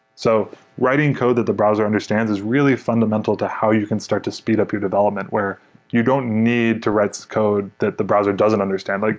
so writing code that the browser understands is really fundamental to how you can start to speed up your development where you don't need to write so code that the browser doesn't understand. like